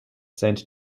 sent